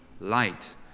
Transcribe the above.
light